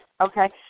okay